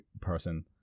person